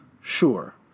sure